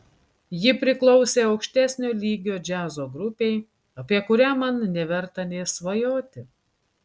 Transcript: ji priklausė aukštesnio lygio džiazo grupei apie kurią man neverta nė svajoti